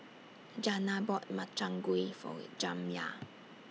Jana bought Makchang Gui For Jamya